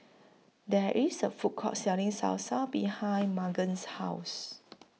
There IS A Food Court Selling Salsa behind Magen's House